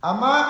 Ama